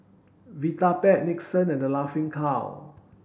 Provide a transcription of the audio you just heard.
Vitapet Nixon and The Laughing Cow